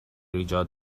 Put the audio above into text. ایجاد